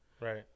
Right